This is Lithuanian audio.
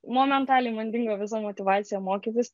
momentaliai man dingo visa motyvacija mokytis